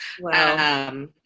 Wow